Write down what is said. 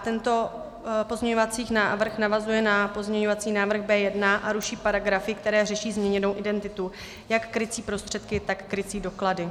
Tento pozměňovací návrh navazuje na pozměňovací návrh B1 a ruší paragrafy, které řeší změněnou identitu jak krycí prostředky, tak krycí doklady.